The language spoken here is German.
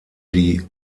die